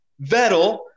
Vettel